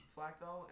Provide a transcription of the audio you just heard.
Flacco